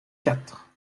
quatre